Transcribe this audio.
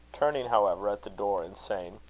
turning, however, at the door, and saying